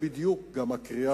זו בדיוק גם הקריאה שלי.